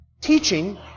teaching